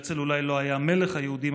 הרצל אולי לא היה מלך היהודים,